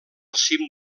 cim